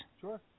Sure